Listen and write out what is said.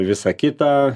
visa kita